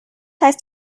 heißt